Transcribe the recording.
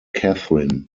kathryn